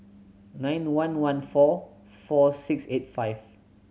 nine one one four four six eight five